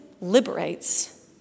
liberates